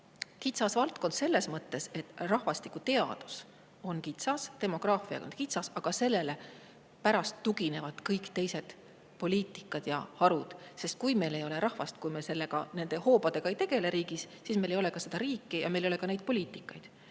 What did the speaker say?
kitsas valdkond selles mõttes, et rahvastikuteadus on kitsas, demograafia on kitsas, aga sellele tuginevad kõik teised poliitikad ja harud. Kui meil ei ole rahvast, kui me nende hoobadega ei tegele riigis, siis meil ei ole ka riiki ja meil ei ole ka neid poliitikaid.